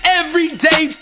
everyday